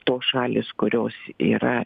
tos šalys kurios yra